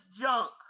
junk